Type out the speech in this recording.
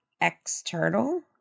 external